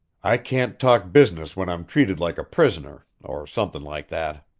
i can't talk business when i'm treated like a prisoner, or somethin' like that.